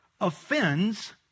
offends